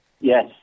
Yes